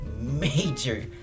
major